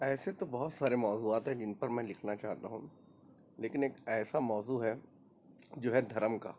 ایسے تو بہت سارے موضوعات ہیں جن پر میں لکھنا چاہتا ہوں لیکن ایک ایسا موضوع ہے جو ہے دھرم کا